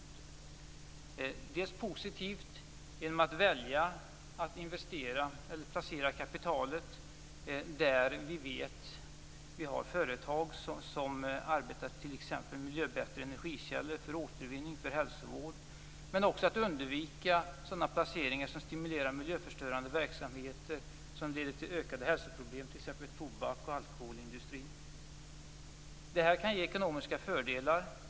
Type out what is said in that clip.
Det skall vara positivt genom att välja att placera kapitalet där vi vet att det finns företag som arbetar för miljöförbättrade energikällor, för återvinning, för hälsovård, men också att undvika placeringar som stimulerar miljöförstörande verksamheter och leder till ökade hälsoproblem, t.ex. tobaks och alkoholindustrin. Det här kan ge ekonomiska fördelar.